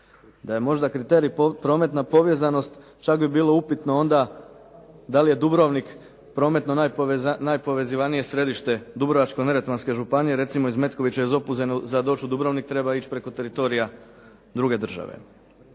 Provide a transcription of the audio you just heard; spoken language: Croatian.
Da je možda kriterij prometna povezanost, čak bi bilo upitno onda da li je Dubrovnik prometno najpovezivanije središte Dubrovačko-neretvanske županije, recimo iz Metkovića i iz Opuzena za doći u Dubrovnik treba ići preko teritorija druge države.